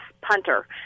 punter